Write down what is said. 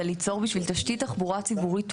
ליצור בשביל תשתית תחבורה ציבורית טובה,